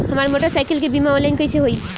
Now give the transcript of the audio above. हमार मोटर साईकीलके बीमा ऑनलाइन कैसे होई?